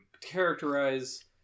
characterize